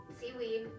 seaweed